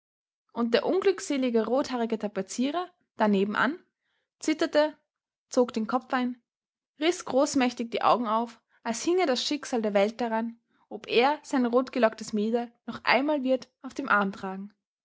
und der unglückselige rothaarige tapezierer da nebenan zitterte zog den kopf ein riß großmächtig die augen auf als hinge das schicksal der welt daran ob er sein rotgelocktes mäderl noch einmal wird auf dem arm tragen